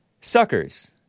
Suckers